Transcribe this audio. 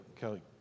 Kelly